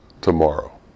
tomorrow